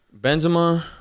Benzema